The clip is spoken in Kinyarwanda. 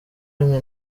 rimwe